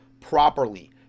properly